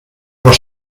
los